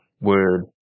Word